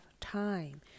time